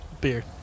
beer